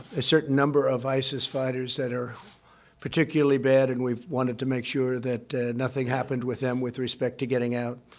a certain number of isis fighters that are particularly bad. and we've wanted to make sure that nothing happened with them, with respect to getting out.